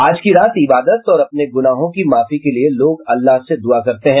आज की रात इबादत और अपने गुनाहों की माफी के लिए लोग अल्लाह से दुआ करते हैं